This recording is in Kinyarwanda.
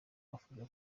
bafashe